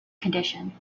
condition